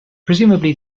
presumably